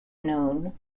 known